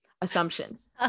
assumptions